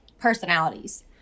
personalities